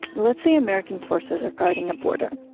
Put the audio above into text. let's say american forces are guarding a border,